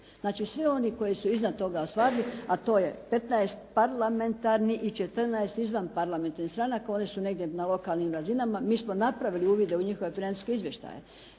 Znači svi oni koji su iznad toga ostvarili, a to je 15 parlamentarnih i 14 izvanparlamentarnih stranaka, one su negdje na lokalnim razinama, mi smo napravili uvide u njihove financijske izvještaje,